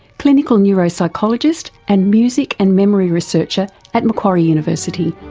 clinical neuropsychologist and music and memory researcher at macquarie university.